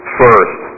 first